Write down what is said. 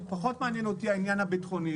פחות מעניין אותי העניין הביטחוני.